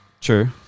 true